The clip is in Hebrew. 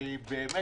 אני מצטרף